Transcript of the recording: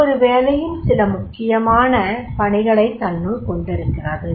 ஒவ்வொரு வேலையும் சில மிக முக்கியமான பணிகளைத் தன்னுள் கொண்டிருக்கிறது